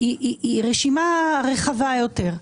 היא רשימה רחבה יותר.